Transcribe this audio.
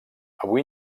avui